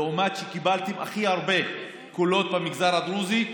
למרות שקיבלתם הכי הרבה קולות במגזר הדרוזי,